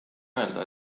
öelda